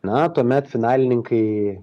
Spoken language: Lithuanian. na tuomet finalininkai